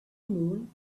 moon